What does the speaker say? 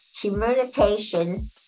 communication